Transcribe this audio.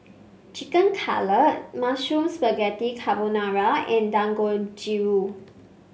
Chicken Cutlet Mushroom Spaghetti Carbonara and Dangojiru